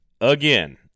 again